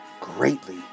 greatly